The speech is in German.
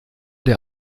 der